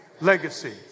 Legacy